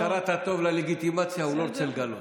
מתוך הכרת הטוב ללגיטימציה הוא לא רוצה לגלות.